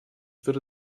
würde